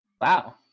Wow